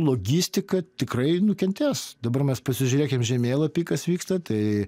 logistika tikrai nukentės dabar mes pasižiūrėkim žemėlapy kas vyksta tai